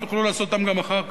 תוכלו לעשות אותם גם אחר כך.